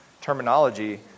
terminology